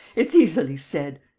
it's easily said.